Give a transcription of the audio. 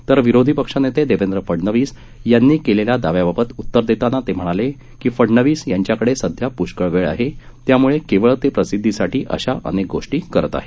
तर विरोधी पक्षनेते देवेंद्र फडनवीस यांनी केलेला दाव्याबाबत उत्तर देताना ते म्हणाले की फडनवीस यांच्याकडे सध्या पुष्कळ वेळ आहे त्यामुळे केवळ ते प्रसिद्धीसाठी ते अशा अनेक गोष्टी करत आहेत